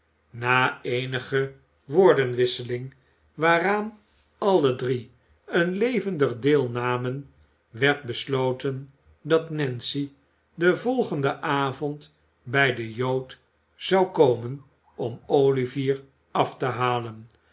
na eenige woordenwisseling waaraan alle drie een levendig deel namen werd besloten dat nancy den volgenden avond bij den jood zou komen om olivier af te halen